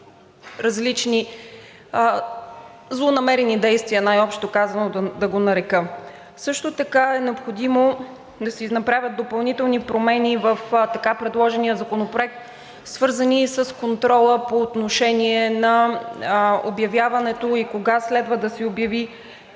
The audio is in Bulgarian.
различни злонамерени действия, най-общо казано. Също така е необходимо да се направят допълнителни промени в така предложения законопроект, свързани с контрола по отношение на обявяването и кога следва да се обяви